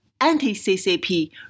anti-CCP